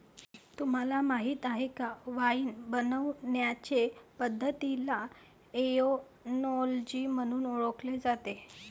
तुम्हाला माहीत आहे का वाइन बनवण्याचे पद्धतीला ओएनोलॉजी म्हणून ओळखले जाते